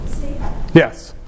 Yes